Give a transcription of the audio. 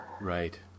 right